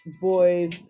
boys